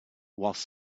whilst